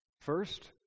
First